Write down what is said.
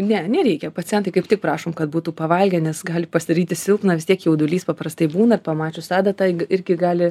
ne nereikia pacientai kaip tik prašom kad būtų pavalgę nes gali pasidaryti silpna vis tiek jaudulys paprastai būna pamačius adatą irgi gali